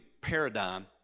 paradigm